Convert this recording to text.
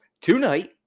tonight